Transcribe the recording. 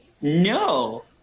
No